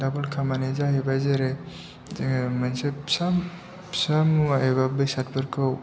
दाबोल खामानि जाहैबाय जेरै जोङो मोनसे फिसा फिसा मुवा एबा बेसादफोरखौ